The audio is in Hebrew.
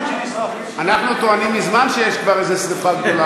אנחנו טוענים מזמן שיש שרפה גדולה פה.